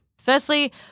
Firstly